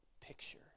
picture